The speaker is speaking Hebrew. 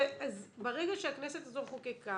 ברגע שהכנסת הזו חוקקה,